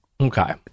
Okay